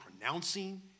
pronouncing